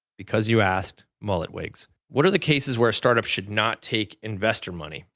because you asked, mullet wigs. what are the cases where startups should not take investor money?